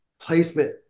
placement